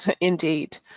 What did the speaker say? Indeed